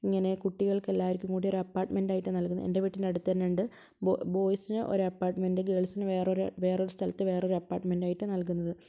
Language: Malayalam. ഇങ്ങനെ കുട്ടികൾക്ക് എല്ലാവർക്കും കൂടി ഒരു അപ്പാർട്ട്മെൻറ്റായിട്ട് നൽകുന്നുണ്ട് എൻ്റെ വീട്ടിൻ്റെ അടുത്ത് തന്നെ ഉണ്ട് ബോ ബോയ്സിന് ഒരു അപാർട്ട്മെൻറ്റ് ഗേൾസിന് വേറെ ഒരു സ്ഥലത്ത് വേറെ ഒരു അപാർട്ട്മെൻറ്റ് ആയിട്ട് നൽകുന്നത്